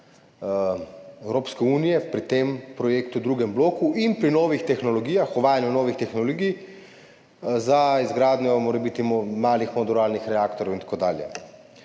Evropske unije pri tem projektu drugega bloka in pri novih tehnologijah, uvajanju novih tehnologij za izgradnjo morebitnih malih modularnih reaktorjev in tako dalje.